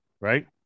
right